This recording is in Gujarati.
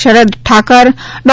શરદ ઠાકર ડો